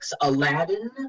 Aladdin